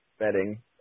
betting